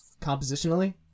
compositionally